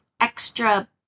extra